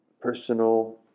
Personal